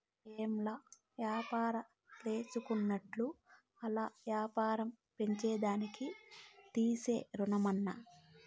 ఏంలా, వ్యాపారాల్జేసుకునేటోళ్లు ఆల్ల యాపారం పెంచేదానికి తీసే రుణమన్నా